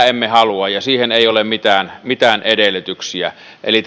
emme halua ja siihen ei ole mitään mitään edellytyksiä eli